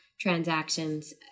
transactions